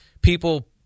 people